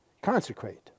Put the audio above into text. Consecrate